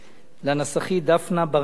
לנסחית דפנה ברנאי,